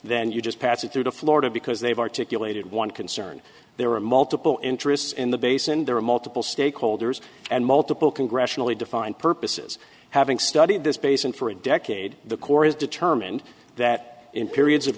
then you just pass it through to florida because they've articulated one concern there are multiple interests in the basin there are multiple stakeholders and multiple congressionally defined purposes having studied this basin for a decade the corps has determined that in periods of